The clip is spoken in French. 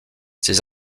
ces